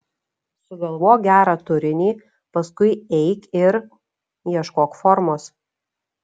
sugalvok gerą turinį paskui eik ir ieškok formos